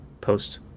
post